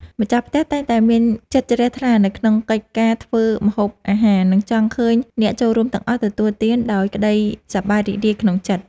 ម្ចាស់ផ្ទះតែងតែមានចិត្តជ្រះថ្លានៅក្នុងកិច្ចការធ្វើម្ហូបអាហារ និងចង់ឃើញអ្នកចូលរួមទាំងអស់ទទួលទានដោយក្តីសប្បាយរីករាយក្នុងចិត្ត។